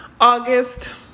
August